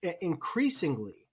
Increasingly